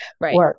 Right